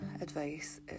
advice